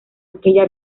aquella